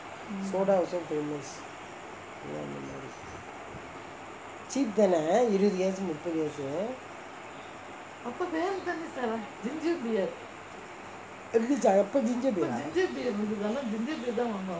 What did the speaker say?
soda also famous எல்லாம் அந்த மாரி:ellam antha maari cheap தானே இருவது காசு முப்பது காசு இருந்துச்சா எப்பே:thaanae iruvathu kaasu muppathu kaasu irunthuchaa eppae ginger beer ah